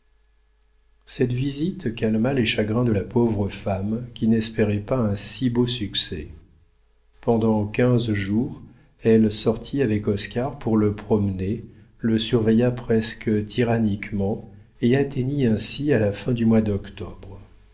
cette visite calma les chagrins de la pauvre femme qui n'espérait pas un si beau succès pendant quinze jours elle sortit avec oscar pour le promener le surveilla presque tyranniquement et atteignit ainsi à la fin du mois d'octobre